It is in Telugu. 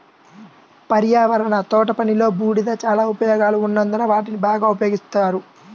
పర్యావరణ తోటపనిలో, బూడిద చాలా ఉపయోగాలు ఉన్నందున వాటిని బాగా ఉపయోగిస్తారు